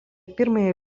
pirmąją